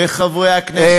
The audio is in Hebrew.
איך חברי הכנסת,